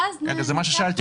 ואז --- זה מה ששאלתי,